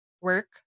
work